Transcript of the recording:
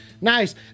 Nice